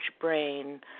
brain